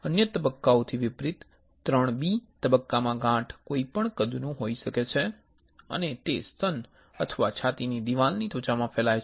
અન્ય તબક્કાઓથી વિપરીત IIIB તબક્કામાં ગાંઠ કોઈપણ કદનું હોઈ શકે છે અને તે સ્તન અથવા છાતીની દિવાલની ત્વચામાં ફેલાય છે